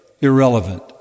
irrelevant